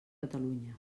catalunya